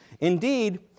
Indeed